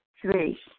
Three